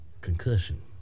Concussion